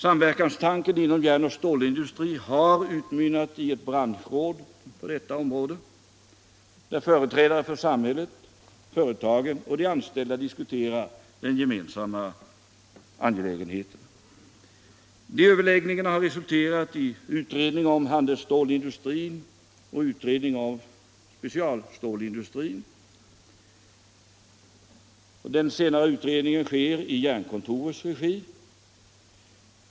Samverkanstanken inom järnoch stålindustrin har utmynnat i ett branschråd på detta område, där företrädare för samhället, företagen och de anställda diskuterar gemensamma angelägenheter. De överläggningarna har resulterat i en utredning om handelsstålindustri och en utredning om specialstålindustrin. Den senare utredningen sker i Jernkontorets regi.